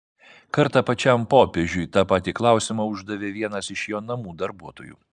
kartą pačiam popiežiui tą patį klausimą uždavė vienas iš jo namų darbuotojų